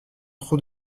trop